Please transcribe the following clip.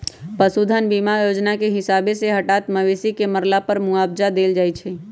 पशु धन बीमा जोजना के हिसाबे हटात मवेशी के मरला पर मुआवजा देल जाइ छइ